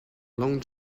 long